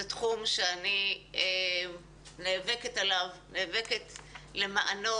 זה תחום שאני נאבקת עליו ונאבקת למענו